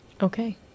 Okay